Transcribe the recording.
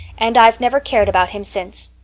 and i've never cared about him since.